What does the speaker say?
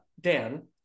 Dan